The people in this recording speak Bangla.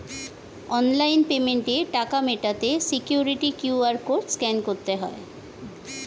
অনলাইন পেমেন্টে টাকা মেটাতে সিকিউরিটি কিউ.আর কোড স্ক্যান করতে হয়